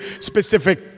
specific